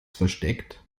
versteckt